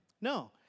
No